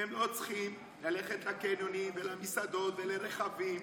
כי הם לא צריכים ללכת לקניונים ולמסעדות ולרכבים.